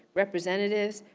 representatives,